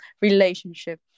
relationship